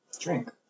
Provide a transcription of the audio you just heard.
drink